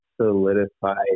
solidified